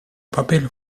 papel